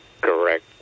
correct